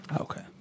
okay